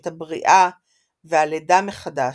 את הבריאה והלידה מחדש.